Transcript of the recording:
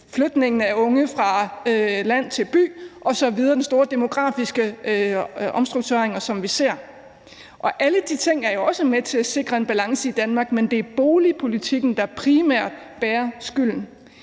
flytning fra land til by og den store demokratiske omstrukturering, som vi ser. Alle de ting er jo også med til at forhindre en balance i Danmark, men det er boligpolitikken, der primært bærer skylden.